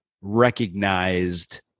recognized